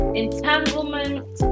entanglement